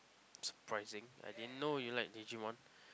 surprising I didn't know you like digimon